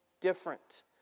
different